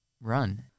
run